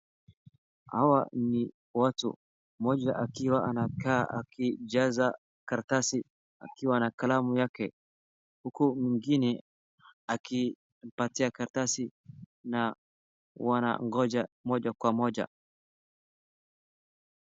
Hawa ni watu mmoja akiwa anakaa akijaza karatasi akiwa na kalamu yake huku mwingine akimpatia karatasi na wanangoja moja kwa moja.